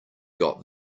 got